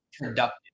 productive